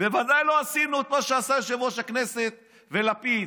בוודאי לא עשינו את מה שעשו יושב-ראש הכנסת ולפיד.